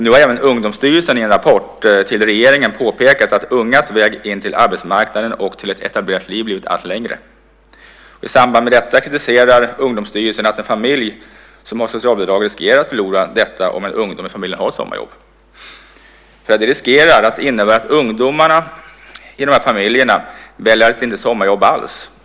Nu har även Ungdomsstyrelsen i en rapport till regeringen påpekat att ungas väg in till arbetsmarknaden och till ett etablerat liv blivit allt längre. I samband med detta kritiserar Ungdomsstyrelsen att en familj som har socialbidrag riskerar att förlora detta om en ungdom i familjen har ett sommarjobb. Det finns risk för att det innebär att ungdomar i dessa familjer väljer att inte sommarjobba alls.